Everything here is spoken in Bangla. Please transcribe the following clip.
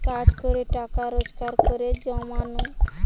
কাজ করে টাকা রোজগার করে জমানো